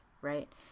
right